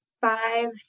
five